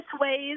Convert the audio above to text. ways